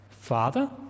Father